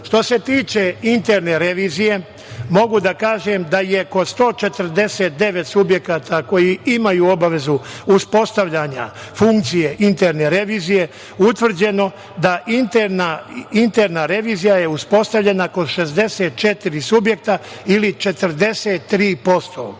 se tiče interne revizije, mogu da kažem da je kod 149 subjekata koji imaju obavezu uspostavljanja funkcije interne revizije utvrđeno da interna revizija je uspostavljena kod 64 subjekta ili 43%.